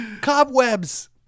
cobwebs